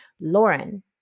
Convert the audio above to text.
Lauren